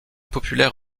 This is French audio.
populaire